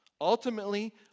Ultimately